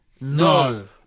No